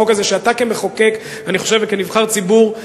שאתה כמחוקק וכנבחר ציבור,